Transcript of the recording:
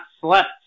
slept